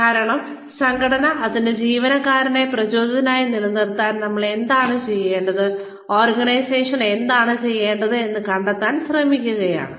കാരണം സംഘടന അതിന്റെ ജീവനക്കാരെ പ്രചോദിതരായി നിലനിർത്താൻ നമ്മൾ എന്താണ് ചെയ്യേണ്ടത് ഓർഗനൈസേഷൻ എന്താണ് ചെയ്യേണ്ടത് എന്നത് കണ്ടെത്താൻ ശ്രമിക്കുകയാണ്